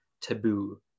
taboo